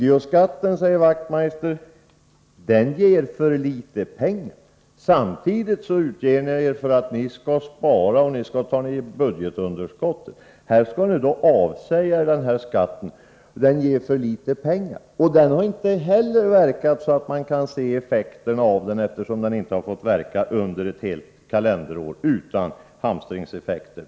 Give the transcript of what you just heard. Knut Wachtmeister sade att videoskatten ger för litet pengar. Samtidigt utger sig moderaterna för att vilja spara och minska budgetunderskottet. Här vill ni att vi skall avstå från skatten, därför att den ger för litet pengar. Den skatten har inte heller funnits under ett helt kalenderår, varför man inte har kunnat se effekterna. Även här förelåg det hamstringseffekter.